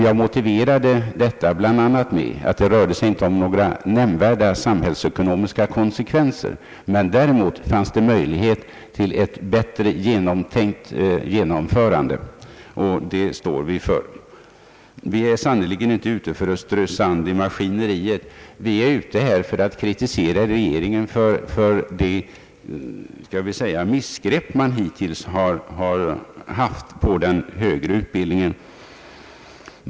Jag motiverade detta bl.a. med ait det inte rörde sig om några nämnvärda samhällsekonomiska konsekvenser, men däremot fanns det möjlighet till ett bättre genomtänkt genomförande, och det står vi för. Vi är sannerligen inte ute för att strö sand i maskineriet utan för att kritisera regeringen för det missgrepp den hittills gjort om den högre utbildningen.